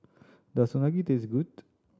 does Unagi taste good